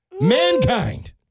Mankind